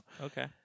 okay